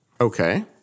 Okay